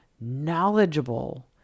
knowledgeable